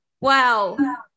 wow